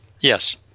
yes